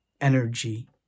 energy